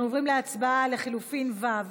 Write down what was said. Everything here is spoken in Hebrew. אנחנו עוברים להצבעה על לחלופין ה'.